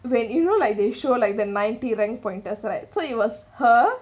when you know like they show like the ninety rank pointers right so it was her